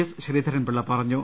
S Sreedharan Pillai പറഞ്ഞു